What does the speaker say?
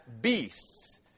beasts